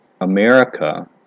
America